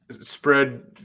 spread